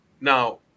now